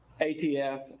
ATF